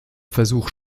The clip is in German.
versuch